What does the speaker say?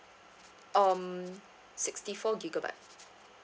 um sixty four gigabyte